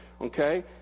Okay